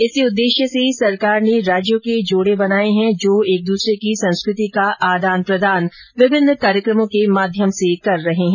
इसी उददेश्य से सरकार ने राज्यों के जोडे बनाये है जो एक दसरे की संस्कृति का आदान प्रदान विभिन्न कार्यक्रमों के माध्यम से कर रहे है